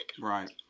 Right